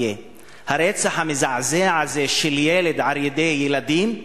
הרצח המזעזע הזה של ילד על-ידי ילדים,